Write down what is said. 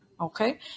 Okay